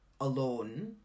alone